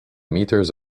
meters